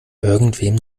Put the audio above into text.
irgendwem